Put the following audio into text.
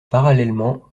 parallèlement